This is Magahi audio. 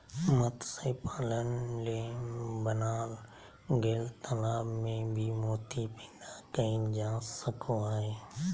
मत्स्य पालन ले बनाल गेल तालाब में भी मोती पैदा कइल जा सको हइ